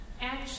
Action